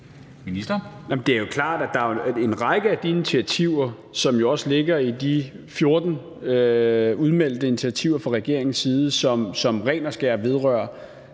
Det er klart, at der jo er en række af de initiativer, der også ligger i de 14 udmeldte initiativer fra regeringens side, som ren og skær vedrører